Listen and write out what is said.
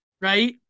right